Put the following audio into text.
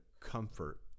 comfort